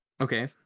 Okay